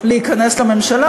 להיכנס לממשלה.